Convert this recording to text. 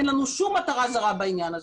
אין לנו שום מטרה זרה בעניין הזה.